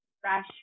fresh